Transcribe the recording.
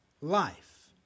life